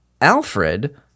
Alfred